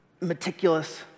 meticulous